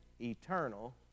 eternal